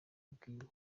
bwiwe